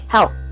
Help